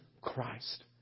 Christ